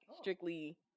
strictly